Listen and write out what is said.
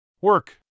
Work